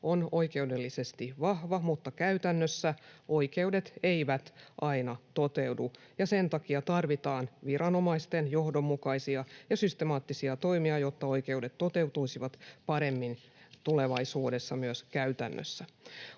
on oikeudellisesti vahva, mutta käytännössä oikeudet eivät aina toteudu, ja sen takia tarvitaan viranomaisten johdonmukaisia ja systemaattisia toimia, jotta oikeudet toteutuisivat paremmin tulevaisuudessa myös käytännössä.